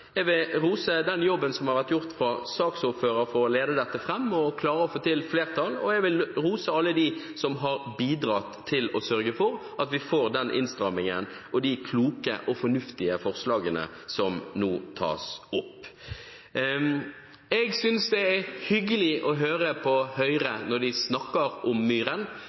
Jeg vil også rose den jobben som har vært gjort av saksordføreren for å lede dette fram og klare å få til flertall, og jeg vil rose alle dem som har bidratt til å sørge for at vi får den innstrammingen og de kloke og fornuftige forslagene som nå tas opp. Jeg synes det er hyggelig å høre på Høyre når de snakker om myren,